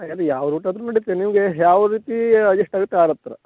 ಅದು ಯಾವ ರೂಟ್ ಆದರೂ ನಡಿತೆ ನಿಮಗೆ ಯಾವ ರೀತಿ ಅಜಸ್ಟ್ ಆಗುತ್ತೆ ಆ ಥರ